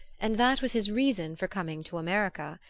and that was his reason for coming to america.